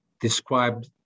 describe